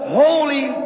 holy